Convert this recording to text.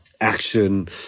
action